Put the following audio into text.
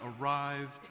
arrived